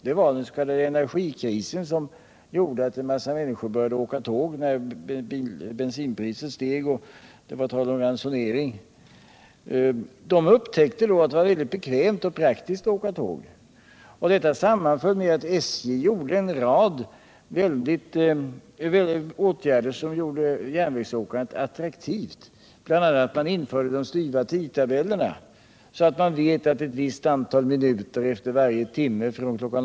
Det var den s.k. energikrisen som gjorde att många människor började åka tåg, när bensinpriset steg och det var tal om ransonering. De upptäckte då att det var bekvämt och praktiskt att åka tåg. Detta sammanföll med att SJ vidtog en rad åtgärder som gjorde järnvägsåkandet attraktivt, bl.a. att man införde de styva tidtabellerna, så att man vet att ett visst antal minuter efter varje timme från kl.